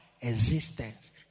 existence